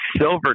silver